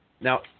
Now